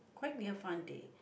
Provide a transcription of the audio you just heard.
quite near fun they